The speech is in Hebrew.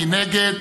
מי נגד?